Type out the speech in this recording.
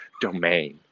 domain